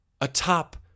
atop